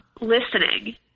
listening